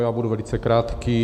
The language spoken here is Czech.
Já budu velice krátký.